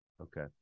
Okay